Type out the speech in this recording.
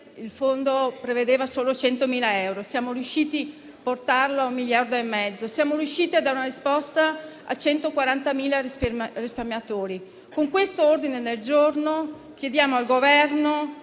il fondo prevedeva solo 100.000 euro, ma siamo riusciti a portarlo a 1,5 miliardi di euro e siamo riusciti a dare una risposta a 140.000 risparmiatori. Con l'ordine del giorno in esame chiediamo al Governo